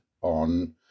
on